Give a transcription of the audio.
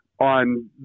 on